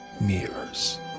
mirrors